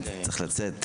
עלי לצאת,